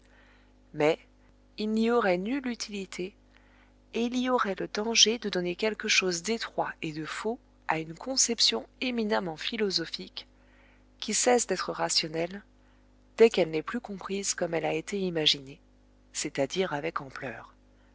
mais il n'y aurait nulle utilité et il y aurait le danger de donner quelque chose d'étroit et de faux à une conception éminemment philosophique qui cesse d'être rationnelle dès qu'elle n'est plus comprise comme elle a été imaginée c'est-à-dire avec ampleur